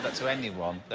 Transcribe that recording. but to anyone,